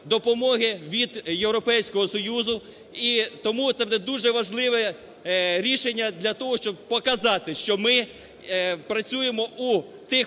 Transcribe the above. допомоги від Європейського Союзу. І тому це буде дуже важливе рішення для того, щоб показати, що ми працюємо у тих